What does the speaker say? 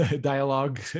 dialogue